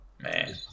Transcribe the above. Man